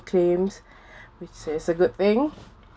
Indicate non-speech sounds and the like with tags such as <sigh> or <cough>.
claims <breath> which says a good thing